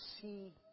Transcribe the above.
see